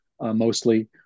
mostly